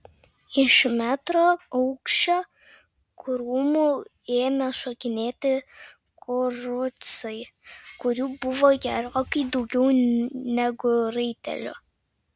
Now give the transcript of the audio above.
iš metro aukščio krūmų ėmė šokinėti kurucai kurių buvo gerokai daugiau negu raitelių